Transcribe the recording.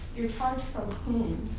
your charge from whom?